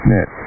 Net